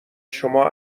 شما